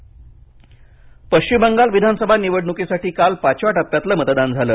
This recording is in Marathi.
मतदान पश्चिम बंगाल विधानसभा निवडणुकीसाठी काल पाचव्या टप्प्यातलं मतदान झालं